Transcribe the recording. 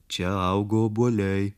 čia augo obuoliai